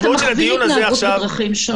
אתה מכווין התנהגות בדרכים שונות.